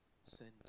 send